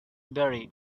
very